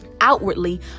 outwardly